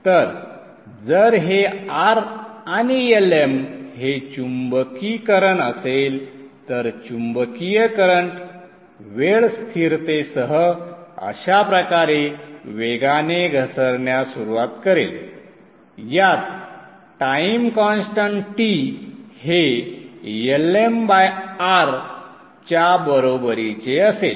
तर जर हे R आणि Lm हे चुंबकीकरण असेल तर चुंबकीय करंट वेळ स्थिरतेसह अशा प्रकारे वेगाने घसरण्यास सुरवात करेल यात टाइम कॉन्स्टन्ट T हे LmR च्या बरोबरीचे असेल